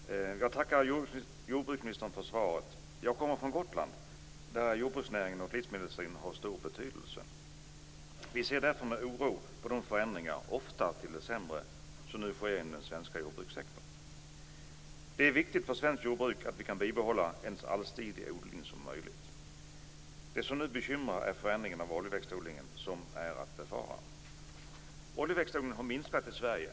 Fru talman! Jag tackar jordbruksministern för svaret. Jag kommer från Gotland där jordbruksnäringen och livsmedelsindustrin har stor betydelse. Vi ser därför med oro på de förändringar - ofta till det sämre - som nu sker inom den svenska jordbrukssektorn. Det är viktigt för svenskt jordbruk att vi kan bibehålla en så allsidig odling som möjligt. Det som nu bekymrar är den förändring av oljeväxtodlingen som är att befara. Oljeväxtodlingen har minskat i Sverige.